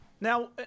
Now